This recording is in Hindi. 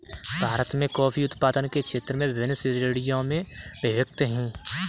भारत में कॉफी उत्पादन के क्षेत्र विभिन्न श्रेणियों में विभक्त हैं